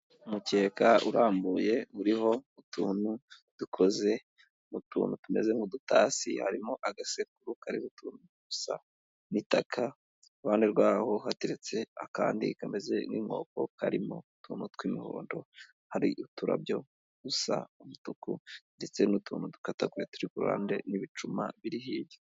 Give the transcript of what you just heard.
Umukeka urambuye uriho utuntu dukoze mu tuntu tumeze nk'udutasi, harimo agasekuru kariho utuntu dusa nk'itaka, iruhande rwaho hateretse akandi kameze nk'inkoko karimo utuntu tw'imihondo, hari uturabyo dusa umutuku ndetse n'utuntu dukataguye turi ku ruhande n'ibicuma biri hirya.